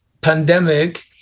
pandemic